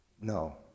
No